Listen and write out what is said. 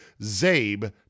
ZABE